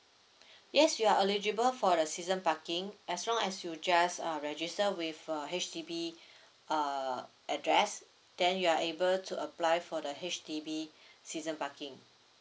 yes you are eligible for the season parking as long as you just uh register with uh H_D_B uh address then you are able to apply for the H_D_B season parking